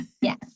Yes